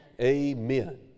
Amen